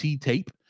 tape